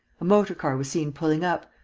a motor-car was seen pulling up.